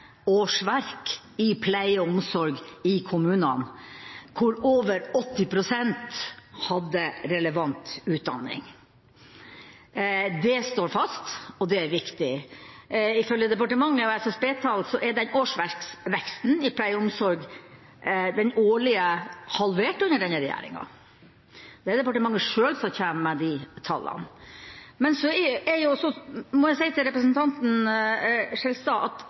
årsverk i pleie- og omsorgssektoren i kommunene, hvorav over 80 pst. hadde relevant utdanning. Det står fast, og det er viktig. Ifølge departementet og SSB-tall er den årlige årsverksveksten i pleie og omsorg halvert under denne regjeringa. Det er departementet sjøl som kommer med de tallene. Til representanten Skjelstad vil jeg si: Arbeiderpartiet er ikke imot at